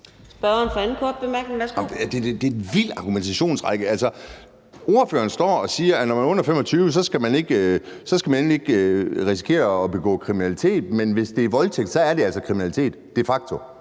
det er en vild argumentationsrække. Altså, ordføreren står og siger, at man, når man er under 25 år, så endelig ikke skal risikere at begå kriminalitet, men hvis det er voldtægt, er det altså de facto